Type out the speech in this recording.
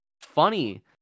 funny